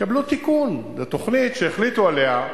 קבלו תיקון: זו תוכנית שהחליטו עליה,